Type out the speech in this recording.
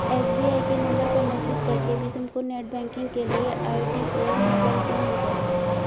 SBI के number पर message करके भी तुमको नेटबैंकिंग के लिए आई.डी और मोबाइल पिन मिल जाएगा